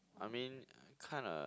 I mean uh kinda